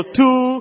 two